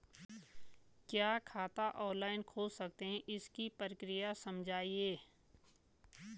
क्या खाता ऑनलाइन खोल सकते हैं इसकी प्रक्रिया समझाइए?